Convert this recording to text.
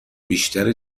بیشتر